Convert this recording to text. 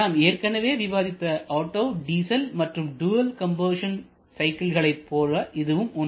நாம் ஏற்கனவே விவாதித்த ஒட்டோ டீசல் மற்றும் டுவல் கம்பார்சன் சைக்கிள்களை போல இதுவும் ஒன்று